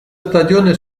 stagione